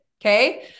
Okay